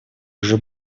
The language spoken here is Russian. уже